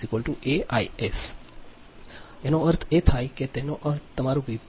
અર્થ એ થાય કે તેનો અર્થ એ કે તમારું વી